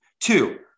Two